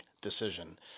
decision